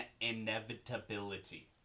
inevitability